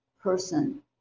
person